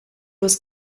was